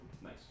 Nice